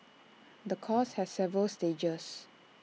the course has several stages